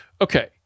Okay